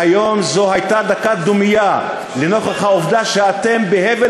והיום זו הייתה דקת דומיה לנוכח העובדה שאתם בהבל